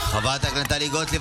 חברת הכנסת טלי גוטליב,